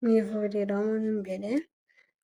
Mu ivuriro mo imbere,